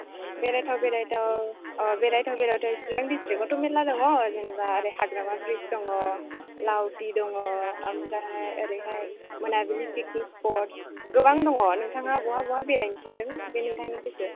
बेरायथाव बेरायथाव बेरायथाव बेरायथाव सिरां दिस्ट्रिक्टआवथ' मेल्ला दङ जेनेबा ओरै हाग्रामा ब्रीज दङ लावथि दङ ओमफ्राय ओरैहाय मोनाबिलि पिकनिक स्पट गोबां दङ नोंथाङा बहा बहा बेरायनो सानदों बे नोंथांनि गोसो